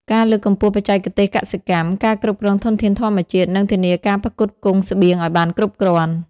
ការលើកកម្ពស់បច្ចេកទេសកសិកម្ម ការគ្រប់គ្រងធនធានធម្មជាតិ និងធានាការផ្គត់ផ្គង់ស្បៀងឲ្យបានគ្រប់គ្រាន់។